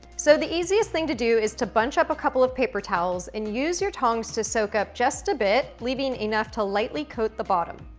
so the easiest thing to do is to bunch up a couple of paper towels and use your tongs to soak up just a bit, leaving enough to lightly coat the bottom.